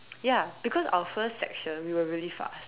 ya because our first section we were really fast